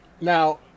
now